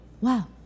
wow